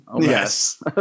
Yes